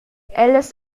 ellas